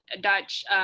Dutch